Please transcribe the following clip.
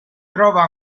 trova